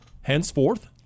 henceforth